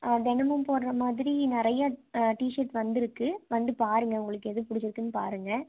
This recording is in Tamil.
ஆ தினமும் போடுற மாதிரி நிறையா டி ஷர்ட் வந்துருக்கு வந்து பாருங்கள் உங்களுக்கு எது பிடிச்சிருக்கின்னு பாருங்கள்